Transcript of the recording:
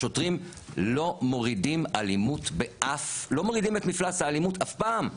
השוטרים לא מורידים את מפלס האלימות אף פעם.